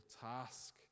task